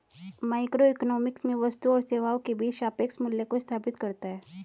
microeconomics में वस्तुओं और सेवाओं के बीच सापेक्ष मूल्यों को स्थापित करता है